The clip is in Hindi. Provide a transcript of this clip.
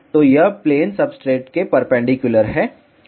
तो यह प्लेन सबस्ट्रेट के परपेंडिकुलर है